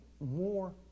more